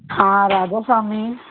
हा राधास्वामी